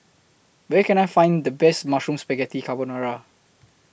Where Can I Find The Best Mushroom Spaghetti Carbonara